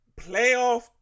playoff